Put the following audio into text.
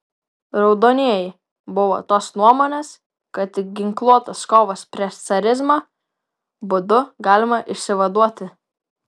raudonieji buvo tos nuomonės kad tik ginkluotos kovos prieš carizmą būdu galima išsivaduoti